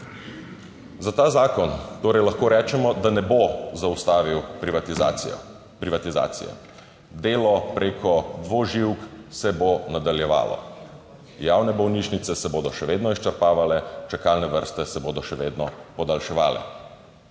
za ta zakon, torej lahko rečemo, da ne bo zaustavil privatizacijo privatizacije. Delo preko dvoživk se bo nadaljevalo. Javne bolnišnice se bodo še vedno izčrpavale, čakalne vrste se bodo še vedno podaljševale.